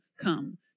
come